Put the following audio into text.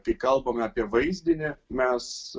kai kalbame apie vaizdinį mes